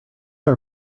our